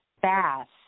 fast